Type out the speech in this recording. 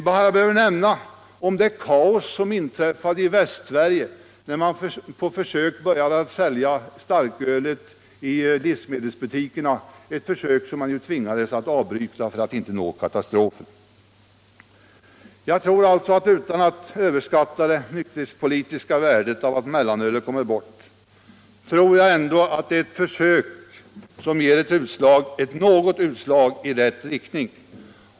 Jag behöver här bara peka på det kaos som inträffade i Västsverige när man på försök började sälja mellanöl i livsmedelsbutikerna. Det försöket tvingades man avbryta för att undvika rena katastrofen. Jag överskattar inte det nykterhetspolitiska värdet av att mellanölet kommer bort, men jag tror att det ändå är ett försök som ger något utslag i rätt riktning.